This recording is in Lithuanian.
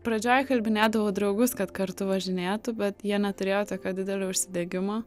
pradžioj įkalbinėdavau draugus kad kartu važinėtų bet jie neturėjo tokio didelio užsidegimo